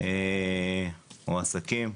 או עסקים.